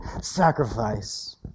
sacrifice